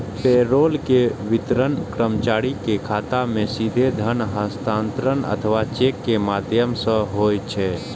payroll के वितरण कर्मचारी के खाता मे सीधे धन हस्तांतरण अथवा चेक के माध्यम सं होइ छै